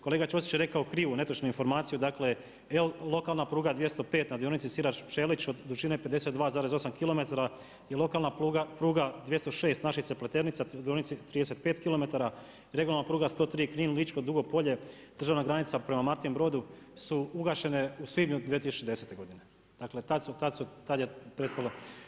Kolega Ćosić je rekao krivu netočnu informaciju, dakle lokalna pruga 205 na dionici Sirač-Pčelić dužine 52,8km je lokalna pruga 206 Našice-Pleternica na dionici 35km i regionalna pruga 103 Knin-Ličko Dugo polje, državna granica prema Martin Brodu su ugašene u svibnju 2010. godine, dakle tada je prestalo.